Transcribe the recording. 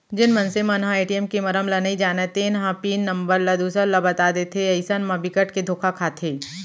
जेन मनसे मन ह ए.टी.एम के मरम ल नइ जानय तेन ह पिन नंबर ल दूसर ल बता देथे अइसन म बिकट के धोखा खाथे